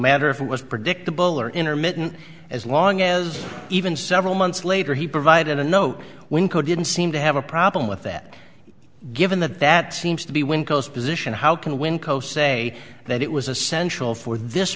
matter if it was predictable or intermittent as long as even several months later he provided a note when code didn't seem to have a problem with that given that that seems to be windows position how can win co say that it was essential for this